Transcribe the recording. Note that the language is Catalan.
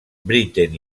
britten